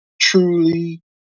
truly